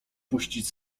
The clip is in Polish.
puścić